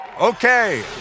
Okay